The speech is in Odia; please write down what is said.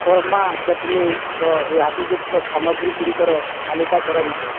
କର୍ମା କେଟଲିର ରିହାତିଯୁକ୍ତ ସାମଗ୍ରୀଗୁଡ଼ିକର ତାଲିକା କରନ୍ତୁ